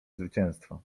zwycięstwa